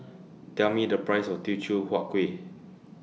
Tell Me The Price of Teochew Huat Kuih